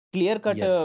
Clear-cut